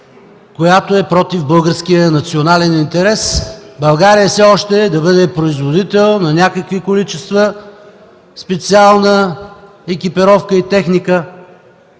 която е против българския национален интерес – България все още да бъде производител на някакви количества специална екипировка и техника